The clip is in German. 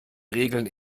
regeln